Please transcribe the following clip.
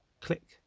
Click